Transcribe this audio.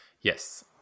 Yes